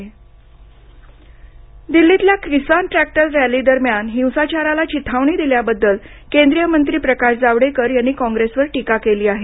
जावडेकर टीका दिल्लीतल्या किसान ट्रॅक्टर रॅलीदरम्यान हिंसाचाराला चिथावणी दिल्याबद्दल केंद्रीय मंत्री प्रकाश जावडेकर यांनी कॉंग्रैसवर टीका केली आहे